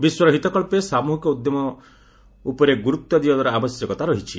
ବିଶ୍ୱର ହିତ କଳ୍ପେ ସାମୂହିକ ଉଦ୍ୟମ ଉଦରେ ଗୁରୁତ୍ୱ ଦିଆଯିବାର ଆବଶ୍ୟକତା ରହିଛି